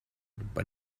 but